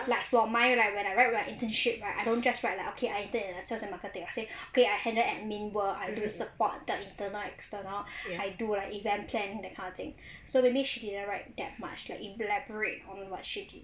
like for mine right when I write about my internship right I don't just write like okay I interned in a sales and marketing okay I say I handle admin work I do support the internal external I do like event planning that kind of thing so maybe she never write that much like elaborate on what she did